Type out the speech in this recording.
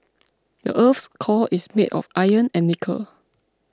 the earth's core is made of iron and nickel